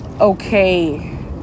okay